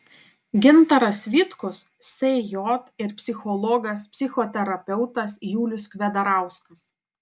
gintaras vitkus sj ir psichologas psichoterapeutas julius kvedarauskas